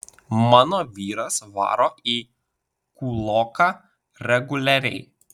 mano vyras varo į kūloką reguliariai